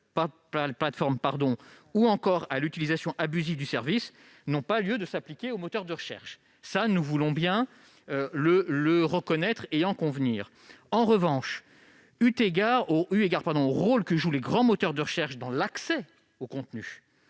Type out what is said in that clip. ou encore à l'utilisation abusive du service, n'ont pas lieu de s'appliquer aux moteurs de recherche. Nous voulons bien en convenir. En revanche, eu égard au rôle que jouent les grands moteurs de recherche dans l'accès aux contenus